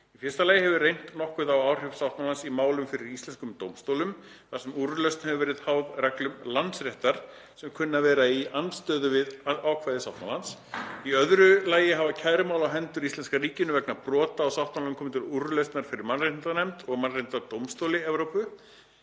Í fyrsta lagi hefur reynt nokkuð á áhrif sáttmálans í málum fyrir íslenskum dómstólum, þar sem úrlausn hefur verið háð reglum landsréttar sem kunna að vera í andstöðu við ákvæði sáttmálans. Í öðru lagi hafa kærumál á hendur íslenska ríkinu vegna brota á sáttmálanum komið til úrlausnar fyrir mannréttindanefnd og Mannréttindadómstóli Evrópu,